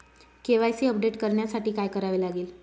KYC update करण्यासाठी काय करावे लागेल?